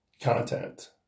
content